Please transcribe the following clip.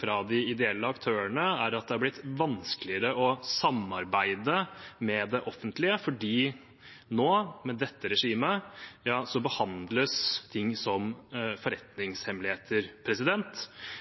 fra de ideelle aktørene, er at det har blitt vanskeligere å samarbeide med det offentlige, fordi nå, med dette regimet, behandles ting som forretningshemmeligheter.